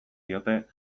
diote